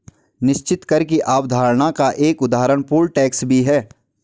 निश्चित कर की अवधारणा का एक उदाहरण पोल टैक्स भी है